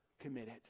committed